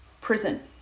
prison